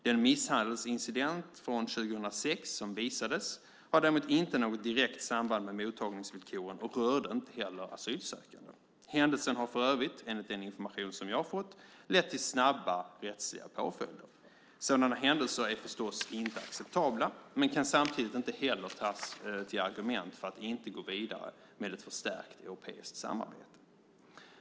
Den misshandelsincident från 2006 som visades har däremot inte något direkt samband med mottagningsvillkoren och rörde inte heller asylsökande. Händelsen har för övrigt, enligt den information jag har fått, lett till snabba rättsliga påföljder. Sådana händelser är förstås inte acceptabla men kan samtidigt inte heller tas till argument för att inte gå vidare med ett förstärkt europeiskt samarbete.